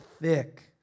thick